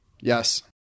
Yes